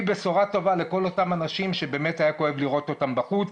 בשורה טובה לכל אותם אנשים שהיה כואב לראות אותם בחוץ.